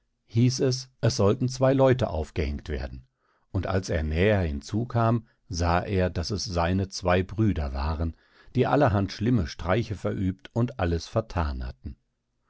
hieß es es sollten zwei leute aufgehängt werden und als er näher hinzu kam sah er daß es seine zwei brüder waren die allerhand schlimme streiche verübt und alles verthan hatten